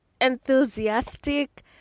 enthusiastic